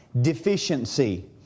deficiency